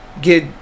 get